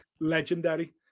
legendary